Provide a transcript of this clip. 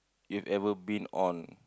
you've ever been on